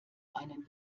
einen